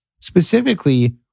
Specifically